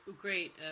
great